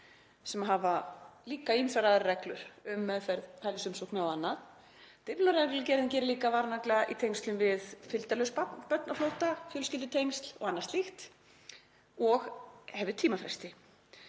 sem hafa líka ýmsar aðrar reglur um meðferð hælisumsókna og annað. Dyflinnarreglugerðin slær líka varnagla í tengslum við fylgdarlaus börn á flótta, fjölskyldutengsl og annað slíkt og hefur tímafresti.